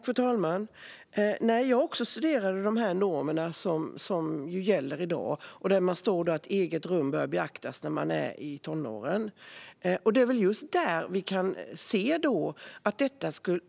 Fru talman! Jag har också studerat de normer som gäller i dag. Det står att behovet av eget rum bör beaktas när man är i tonåren.